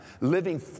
living